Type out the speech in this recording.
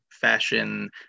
fashion